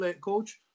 coach